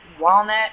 Walnut